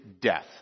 death